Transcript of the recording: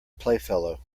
playfellow